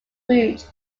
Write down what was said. route